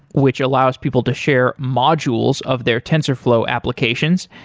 which allows people to share modules of their tensorflow applications,